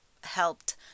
helped